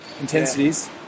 intensities